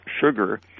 sugar